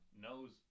knows